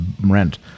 rent